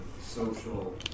social